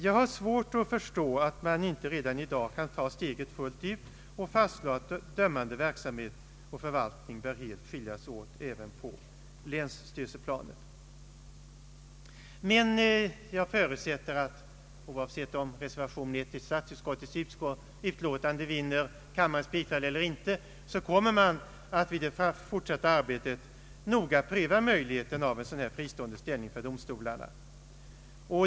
Jag har svårt att förstå att man inte redan i dag kan ta steget fullt ut och fastslå att dömande verksamhet och förvaltning bör helt skiljas åt även på länsstyrelseplanet. Men jag förutsätter att man, oavsett om reservation 1 till statsutskottets utlåtande vinner riksdagens bifall eller inte, kommer att vid det fortsatta arbetet noga pröva möjligheten av en fristående ställning för domstolarna.